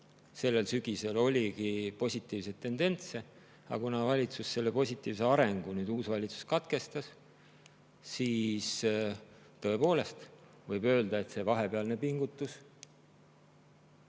sellel sügisel oligi positiivseid tendentse, aga kuna uus valitsus selle positiivse arengu katkestas, siis tõepoolest võib öelda, et see vahepealne pingutus